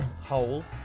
hole